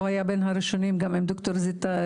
הוא היה בין הראשונים, גם ד"ר זיתן,